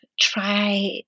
try